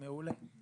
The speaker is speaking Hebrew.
מעולה.